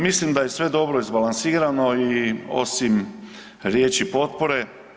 Mislim da je sve dobro izbalansirano osim riječi „potpore“